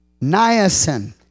Niacin